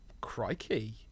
Crikey